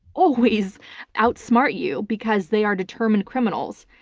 always outsmart you because they are determined criminals.